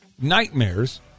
nightmares